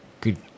good